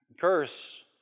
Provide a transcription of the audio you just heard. Curse